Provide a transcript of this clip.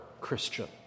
Christian